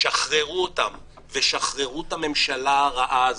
שחררו אותם ושחררו את הממשלה הרעה הזאת.